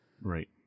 Right